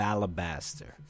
Alabaster